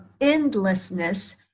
endlessness